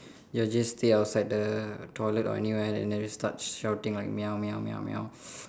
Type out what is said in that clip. they will just stay outside the toilet or anywhere and then just start shouting like meow meow meow meow